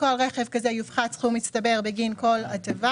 לכל רכב כזה יופחת סכום מצטבר בגין כל הטבה